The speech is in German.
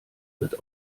wird